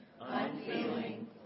unfeeling